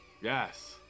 yes